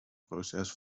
proces